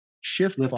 shift